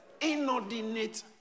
Inordinate